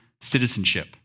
citizenship